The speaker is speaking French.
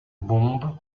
bombes